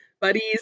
buddies